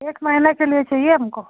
एक महीने के लिए चाहिए हमको